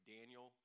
Daniel